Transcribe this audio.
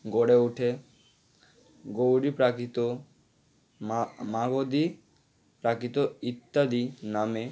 গড়ে উঠে গৌরী প্রাকৃত মাগধী প্রাকৃত ইত্যাদি নামে